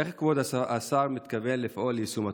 איך כבוד השר מתכוון לפעול ליישום התוכנית?